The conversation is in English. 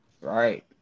Right